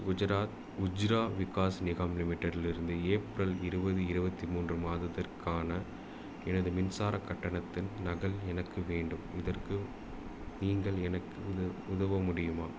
குஜராத் உஜ்ரா விகாஸ் நிகாம் லிமிட்டெடிலிருந்து ஏப்ரல் இருபது இருபத்தி மூன்று மாதத்திற்கான எனது மின்சாரக் கட்டணத்தின் நகல் எனக்கு வேண்டும் இதற்கு நீங்கள் எனக்கு உதவ உதவ முடியுமா